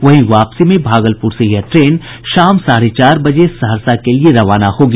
वहीं वापसी में भागलपुर से यह ट्रेन शाम साढ़े चार बजे सहरसा के लिए रवाना होगी